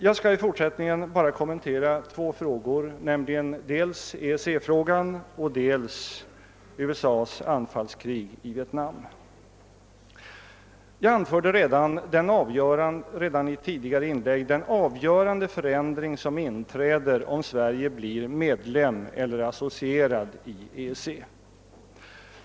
Jag skall i fortsättningen bara kommentera två frågor, nämligen dels EEC frågan, dels USA:s anfallskrig i Vietnam. Jag framhöll redan i ett tidigare inlägg vilken avgörande förändring som inträder, om Sverige blir medlem i eller associerad till EEC.